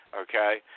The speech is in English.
okay